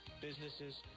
businesses